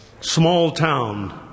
small-town